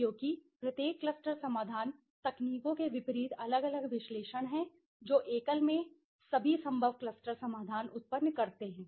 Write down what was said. क्योंकि प्रत्येक क्लस्टर समाधान तकनीकों के विपरीत अलग अलग विश्लेषण है जो एकल में सभी संभव क्लस्टर समाधान उत्पन्न करते हैं